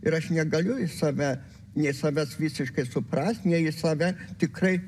ir aš negaliu į save nei savęs visiškai suprast nei save tikrai